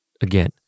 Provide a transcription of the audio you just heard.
again